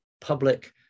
public